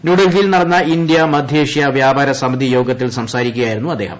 ന്യൂഡൽഹിയിൽ നടന്ന ഇന്ത്യാ മധ്യേഷ്യ വ്യാപാര സമിതി യോഗത്തിൽ സംസാരിക്കുകയായിരുന്നു അദ്ദേഹം